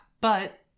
But-